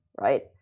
right